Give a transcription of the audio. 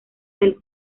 del